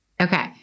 Okay